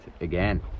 again